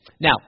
Now